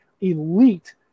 elite